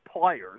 players